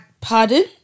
Pardon